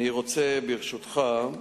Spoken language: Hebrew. ברשותך,